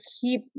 keep